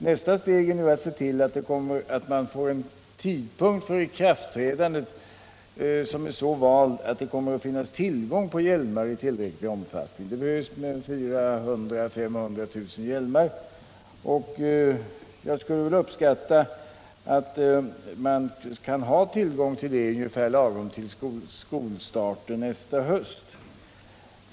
Nästa steg är nu att se till att man får en tidpunkt för ikraftträdandet, som är så vald att det kommer att finnas tillgång på hjälmar i tillräcklig omfattning — det behövs 400 000-500 000 hjälmar. Jag uppskattar att man kan ha en sådan tillgång ungefär till skolstarten nästa höst.